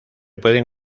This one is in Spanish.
pueden